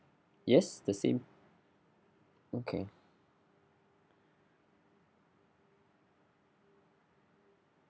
yes the same okay